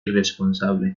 responsable